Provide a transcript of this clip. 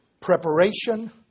preparation